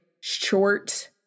short